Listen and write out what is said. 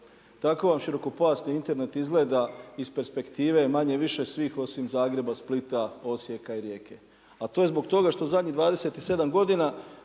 Tako vam širokopojasni Internet izgleda iz perspektive manje-više svih osim Zagreba, Splita, Osijeka i Rijeke. A to je zbog toga što zadnjih 27 godina,